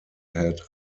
had